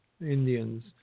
Indians